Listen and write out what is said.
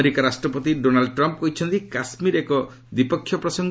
America ରାଷ୍ଟ୍ରପତି Donald Trump କହିଛନ୍ତି କାଶ୍ମୀର ଏକ ଦ୍ୱିପକ୍ଷ ପ୍ରସଙ୍ଗ